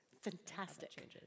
Fantastic